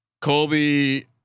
Colby